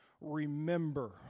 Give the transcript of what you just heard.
remember